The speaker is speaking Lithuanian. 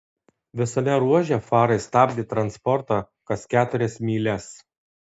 visame ruože farai stabdė transportą kas keturias mylias